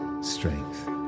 strength